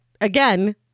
again